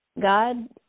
God